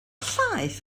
llaeth